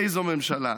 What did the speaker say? איזו ממשלה.